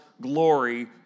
glory